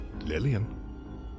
Lillian